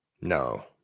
no